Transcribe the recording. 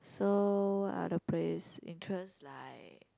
so other place interest like